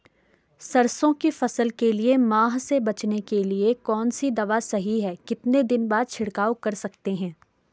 सरसों की फसल के लिए माह से बचने के लिए कौन सी दवा सही है कितने दिन बाद छिड़काव कर सकते हैं?